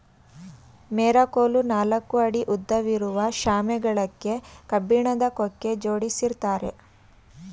ಮೆರಕೋಲು ನಾಲ್ಕು ಅಡಿ ಉದ್ದವಿರುವ ಶಾಮೆ ಗಳಕ್ಕೆ ಕಬ್ಬಿಣದ ಕೊಕ್ಕೆ ಜೋಡಿಸಿರ್ತ್ತಾರೆ